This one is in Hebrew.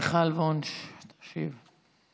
מיכל וונש תשיב.